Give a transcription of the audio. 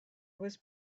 was